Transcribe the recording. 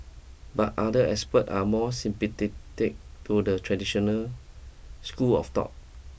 but other expert are more sympathetic to the traditional school of thought